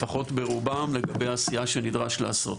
לפחות ברובם, לגבי העשייה שנדרשת לעשות.